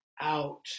out